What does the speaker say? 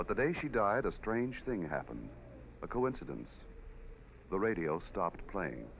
but the day she died a strange thing happened a coincidence the radio stopped playing